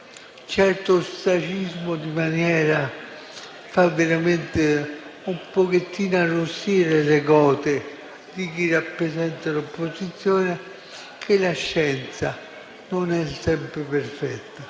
certo ostracismo di maniera fa veramente un pochettino arrossire le gote di chi rappresenta l'opposizione. La scienza non è sempre perfetta;